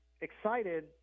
excited